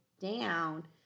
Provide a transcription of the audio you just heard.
down